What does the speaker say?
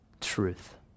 truth